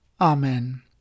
Amen